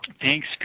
Thanks